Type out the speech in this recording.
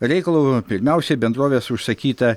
reikalu pirmiausiai bendrovės užsakyta